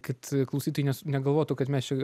kad klausytojai nes negalvotų kad mes čia